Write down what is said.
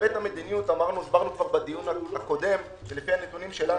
בהיבט המדיניות הסברנו כבר בדיון הקודם לפי הנתונים שלנו,